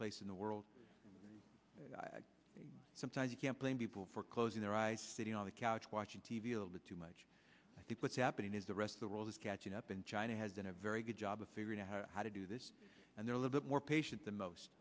place in the world sometimes you can't blame people for closing their eyes sitting on the couch watching t v a lot too much i think what's happening is the rest of the world is catching up in china has been a very good job of figuring out how to do this and they're a little more patient than most